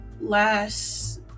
last